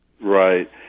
Right